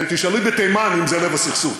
תשאלי בתימן אם זה לב הסכסוך,